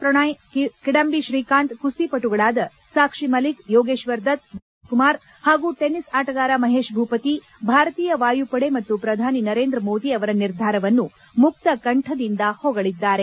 ಪ್ರಣಯ್ ಕಿಂಬಡಿ ಶ್ರೀಕಾಂತ್ ಕುಸ್ತಿ ಪಟುಗಳಾದ ಸಾಕ್ಷಿ ಮಲ್ಲಿಕ್ ಯೋಗೇಶ್ವರ್ ದತ್ತ್ ಬಾಕ್ಲರ್ ಮನೋಜ್ ಕುಮಾರ್ ಹಾಗೂ ಟೆನ್ನಿಸ್ ಆಟಗಾರ ಮಹೇಶ್ ಭೂಪತಿ ಭಾರತೀಯ ವಾಯುಪಡೆ ಮತ್ತು ಪ್ರಧಾನಿ ನರೇಂದ್ರಮೋದಿ ಅವರ ನಿರ್ಧಾರವನ್ನು ಮುಕ್ತಕಂಠದಿಂದ ಹೊಗಳಿದ್ದಾರೆ